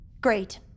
Great